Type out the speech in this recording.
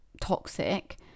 toxic